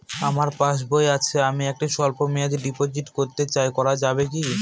আমার পাসবই আছে আমি একটি স্বল্পমেয়াদি ডিপোজিট করতে চাই করা যাবে কি?